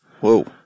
Whoa